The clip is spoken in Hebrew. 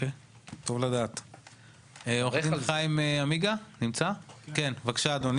חיים אמיגה בבקשה.